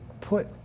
Put